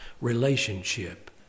relationship